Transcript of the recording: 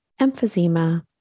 emphysema